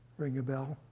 ring a bell?